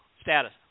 status